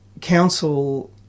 council